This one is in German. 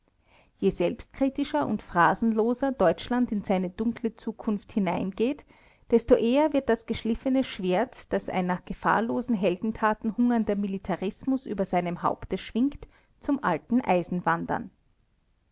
je selbstkritischer und phrasenloser deutschland in seine dunkle zukunft hineingeht desto eher wird das geschliffene schwert das ein nach gefahrlosen heldentaten hungernder militarismus über seinem haupte schwingt zum alten eisen wandern